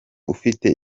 ufite